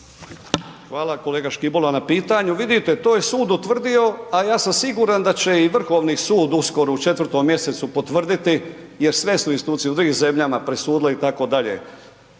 Hvala kolega Škibola na pitanju. Vidite to je sud utvrdio, a ja sam siguran da će i Vrhovni sud uskoro u 4. mjesecu potvrditi jer sve su institucije u drugim zemljama presudile itd.